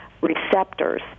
receptors